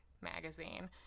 magazine